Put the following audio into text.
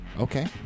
okay